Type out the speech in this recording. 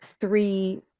three